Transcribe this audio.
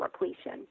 repletion